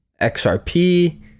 XRP